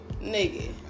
Nigga